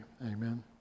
Amen